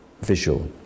visual